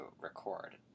record